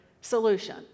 solution